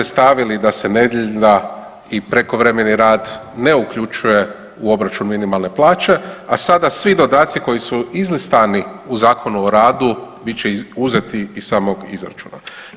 Stavili da se nedjelja i prekovremeni rad ne uključuje u obračun minimalne plaće, a sada svi dodaci koji su izlistani u Zakonu o radu bit će uzeti iz samog izračuna.